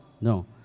No